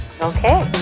okay